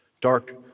Dark